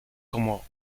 como